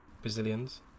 brazilians